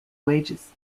wages